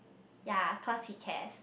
ya cause he cares